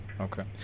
okay